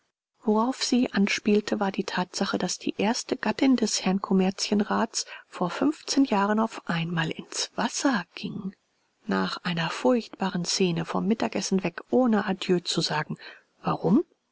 worauf sie anspielte war die tatsache daß die erste gattin des herrn kommerzienrats vor fünfzehn jahren auf einmal ins wasser ging nach einer furchtbaren szene vom mittagessen weg ohne adieu zu sagen warum